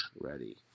ready